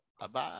Bye-bye